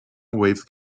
waves